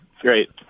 Great